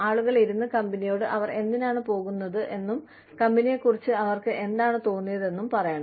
ആളുകൾ ഇരുന്ന് കമ്പനിയോട് അവർ എന്തിനാണ് പോകുന്നത് എന്നും കമ്പനിയെക്കുറിച്ച് അവർക്ക് എന്താണ് തോന്നിയതെന്നും പറയണം